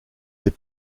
des